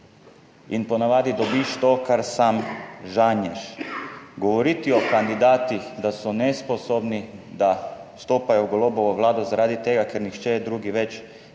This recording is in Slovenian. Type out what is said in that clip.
in po navadi dobiš to, kar sam žanješ, govoriti o kandidatih, da so nesposobni, da vstopajo v Golobovo vlado, zaradi tega, ker nihče drugi več